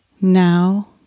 Now